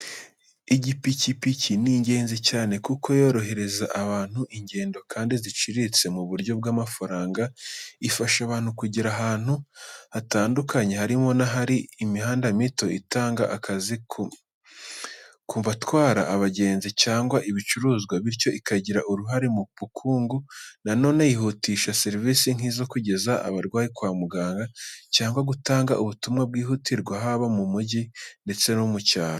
Ipikipiki ni ingenzi cyane kuko yorohereza abantu ingendo kandi ziciriritse mu buryo bw’amafaranga. Ifasha abantu kugera ahantu hatandukanye, harimo n’ahari imihanda mito. Itanga akazi ku batwara abagenzi cyangwa ibicuruzwa, bityo ikagira uruhare mu bukungu. Na none yihutisha serivisi nk’izo kugeza abarwayi kwa muganga cyangwa gutanga ubutumwa bwihutirwa haba mu mujyi ndetse no mu cyaro.